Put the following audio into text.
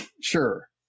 Sure